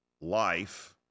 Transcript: life